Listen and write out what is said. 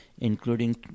including